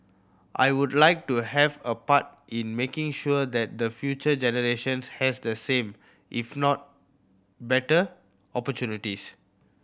I would like to have a part in making sure that the future generations has the same if not better opportunities